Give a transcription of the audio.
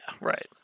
right